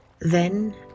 Then